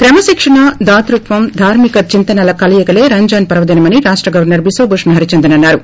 క్రమశిక్షణ దాతృత్వం ధార్మిక చింతనల కలయికలే రంజాన్ పర్వదినం అని రాష్ట గవర్ప ర్ బిశ్వభూషణ్ హరిచందన్ అన్నారు